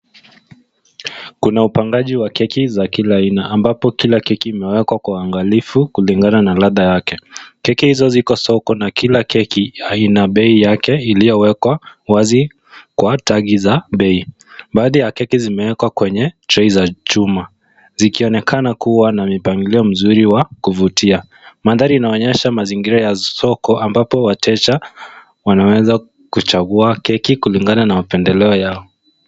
Kuna upangaji wa keki za kila aina. Ambapo kila keki imeekwa kwa uangalifu kulingana na radha yake. Keki hizo ziko soko na kila keki ina bei yake iliyowekwa wazi kwa tagi za bei. Baadhi ya keki zimewekwa kwenye tray za chuma zikionekana kuwa na mipangilio mzuri wa kuvutia. Mandhari inaonyesha mazingira ya soko ambapo wateja wanaweza kuchagua keki kulingana na mapendeleo yao.